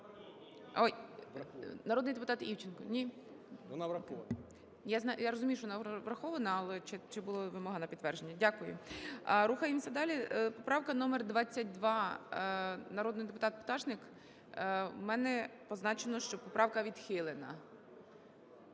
народний депутат Івченко? Ні? КУЛІНІЧ О.І. Вона врахована. ГОЛОВУЮЧИЙ. Я розумію, що вона врахована, але чи була вимога на підтвердження? Дякую. Рухаємося далі. Правка номер 22, народний депутат Пташник. У мене позначено, що поправка відхилена.